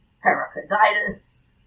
pericarditis